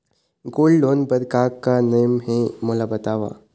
Gold loan बार का का नेम हे, मोला बताव?